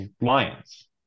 lions